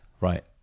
right